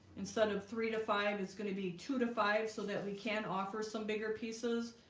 instead of three to five it's going to be two to five so that we can offer some bigger pieces.